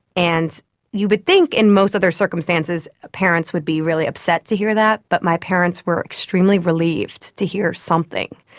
and you would think in most other circumstances parents would be really upset to hear that but my parents were extremely relieved to hear something,